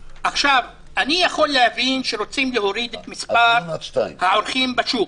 אני יכול להבין שרוצים להוריד את מספר עורכי הדין בשוק.